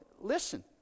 listen